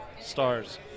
stars